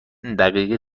دقیقه